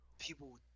people